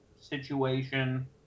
situation